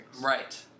Right